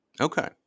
Okay